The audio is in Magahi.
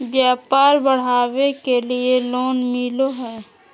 व्यापार बढ़ावे के लिए लोन मिलो है?